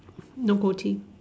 no goatee